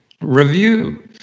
review